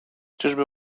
czyżby